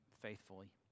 faithfully